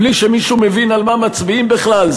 בלי שמישהו מבין על מה מצביעים בכלל,